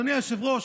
אדוני היושב-ראש,